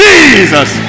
Jesus